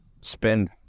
spend